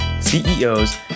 CEOs